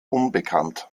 unbekannt